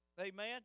Amen